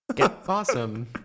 Awesome